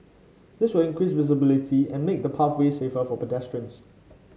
this will increase visibility and make the pathway safer for pedestrians